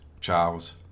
Charles